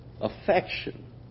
affection